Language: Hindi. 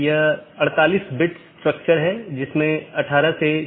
एक चीज जो हमने देखी है वह है BGP स्पीकर